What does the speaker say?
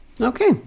Okay